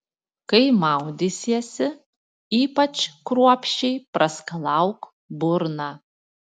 kai maudysiesi ypač kruopščiai praskalauk burną